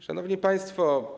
Szanowni Państwo!